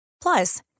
Plus